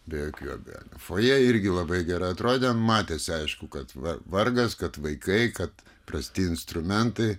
be jokių abejonių fojė irgi labai gerai atrodė matėsi aišku kad vargas kad vaikai kad prasti instrumentai